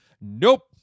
Nope